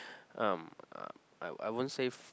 um I I won't say